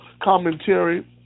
commentary